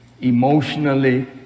emotionally